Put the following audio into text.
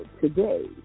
today